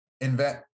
invent